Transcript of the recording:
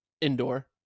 indoor